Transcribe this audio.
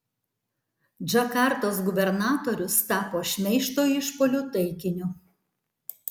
džakartos gubernatorius tapo šmeižto išpuolių taikiniu